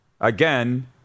Again